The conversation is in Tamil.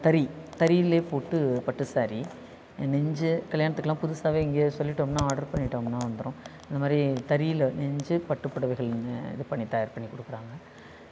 தறி தறிலயே போட்டு பட்டு சாரீ நெஞ்சி கல்யாணத்துக்குலாம் புதுசாகவே இங்கேயே சொல்லிட்டோம்னா ஆர்டரு பண்ணிடோம்னா வந்தடும் இந்த மாதிரி தறியில் நெஞ்சி பட்டு புடவைகள் இது பண்ணி தயார் பண்ணி கொடுக்குறாங்க